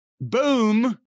Boom